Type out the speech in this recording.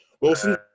Wilson